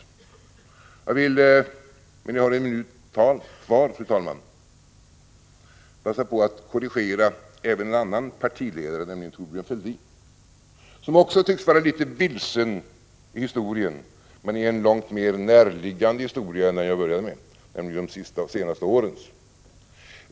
När jag nu har en minut kvar av min taletid vill jag, fru talman, passa på att orrigera även en annan partiledare, nämligen Thorbjörn Fälldin. Han tycks kså vara litet vilsen i historien, men i en långt mer närliggande historia än len som jag började med, nämligen de senaste årens.